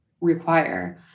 require